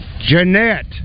Jeanette